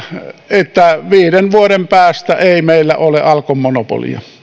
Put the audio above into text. että viiden vuoden päästä ei meillä ole alkon monopolia